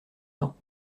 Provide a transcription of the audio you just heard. dents